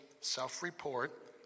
self-report